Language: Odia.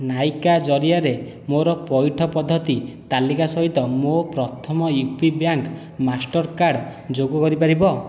ନାଇକା ଜରିଆରେ ମୋର ପଇଠ ପଦ୍ଧତି ତାଲିକା ସହିତ ମୋ ପ୍ରଥମ ୟୁ ପି ବ୍ୟାଙ୍କ ମାଷ୍ଟର୍କାର୍ଡ଼ ଯୋଗ କରିପାରିବ